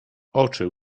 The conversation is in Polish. oczy